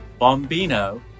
Bombino